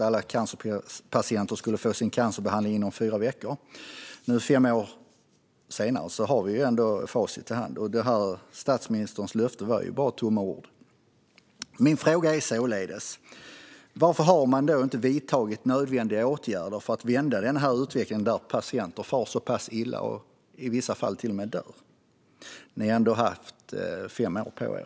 Alla cancerpatienter skulle få sin cancerbehandling inom fyra veckor. Nu, fem år senare, har vi facit i hand. Statsministerns löfte var bara tomma ord. Min fråga är således: Varför har man inte vidtagit nödvändiga åtgärder för att vända denna utveckling när patienter far så pass illa och i vissa fall till och med dör? Ni har ändå haft fem år på er.